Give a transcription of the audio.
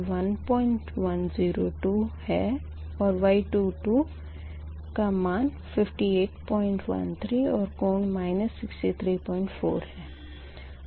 यह 2556 j 1102 है और Y22 का मान 5813 और कोण 634 है